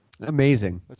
Amazing